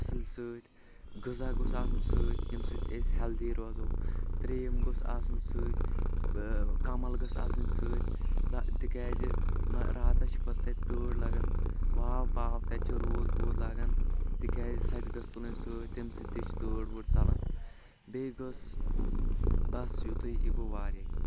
اَصل سۭتۍ غٔذا گوٚژھ آسُن سۭتۍ ییٚمہِ سۭتۍ أسۍ ہٮ۪لدی روزو ترٛییِٚم گوٚژھ آسُن سۭتۍ کمل گٔژھ آسٕنۍ سۭتۍ تِکیٛازِ راتس چھ پتہٕ تَتہِ تۭر لگان واو پاو تَتہِ چھ روٗد ووٗد لاگان تِکیٛازِ سۄ تہِ گژھہِ تُلٔنۍ سۭتۍ تٔمہِ سۭتۍ چھ تۭر وۭر ژلان بیٚیہِ گٔژھ بس یُتُے یہِ گوٚو واریاہ کیٚنٛہہ